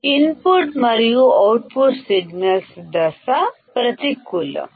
ప్రతికూలం input మరియు output signals out of face